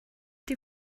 die